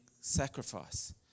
sacrifice